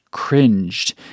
cringed